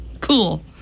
Cool